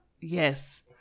Yes